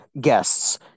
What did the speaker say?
guests